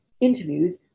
interviews